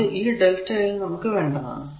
അത് ഈ lrmΔ ൽ നമുക്ക് വേണ്ടതാണ്